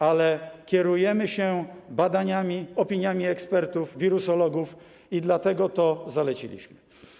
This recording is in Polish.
Ale kierujemy się badaniami, opiniami ekspertów, wirusologów i dlatego to zaleciliśmy.